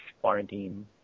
quarantine